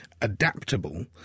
adaptable